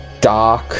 dark